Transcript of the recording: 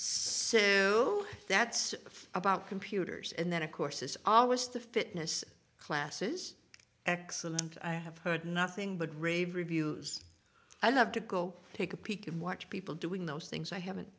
so that's about computers and then of course is always the fitness classes excellent i have heard nothing but rave reviews i love to go take a peek and watch people doing those things i haven't